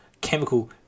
chemical